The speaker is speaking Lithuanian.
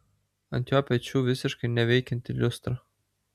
ant jo pečių visiškai neveikianti liustra